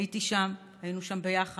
הייתי שם, היינו שם ביחד,